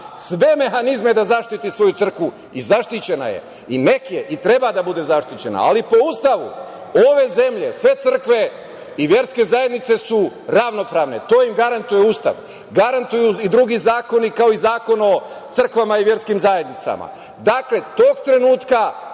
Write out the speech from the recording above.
sve mehanizme da zaštiti svoju crkvu i zaštićena je, neka je, i treba da bude zaštićena, ali po Ustavu ove zemlje sve crkve i verske zajednice su ravnopravne. To im garantuje Ustav i drugi zakoni, kao i Zakon o crkvama i verskim zajednicama. Dakle, tog trenutka